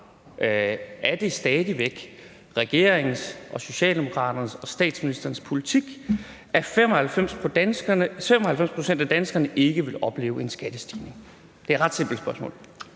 Er det stadig væk regeringens, Socialdemokraternes og statsministerens politik, at 95 pct. af danskerne ikke vil opleve en skattestigning? Det er et ret simpelt spørgsmål.